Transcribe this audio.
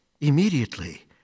Immediately